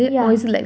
yeah